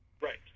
Right